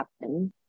happen